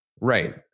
Right